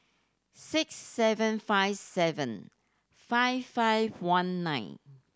six seven five seven five five one nine